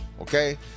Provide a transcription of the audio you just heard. Okay